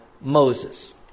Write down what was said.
Moses